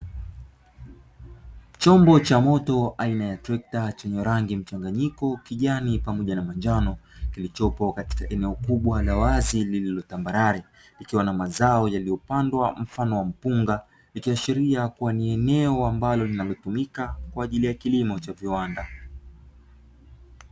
Chombo cha moto aina ya trekta chenye rangi mchanganyiko kijani, pamoja na njano kilichopo katika eneo kubwa la wazi lililo tambarare, likiwa na mazao yaliyopandwa mfano wa mpunga, ikiashiria kuwa ni eneo ambalo linatumika kwa ajili ya kilimo cha viwanda.